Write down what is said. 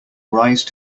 rise